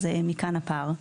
מכאן הפער.